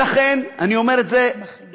ולכן, אני אומר את זה כאן,